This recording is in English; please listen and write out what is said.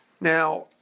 Now